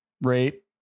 rate